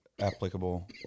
applicable